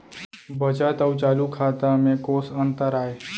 बचत अऊ चालू खाता में कोस अंतर आय?